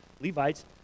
Levites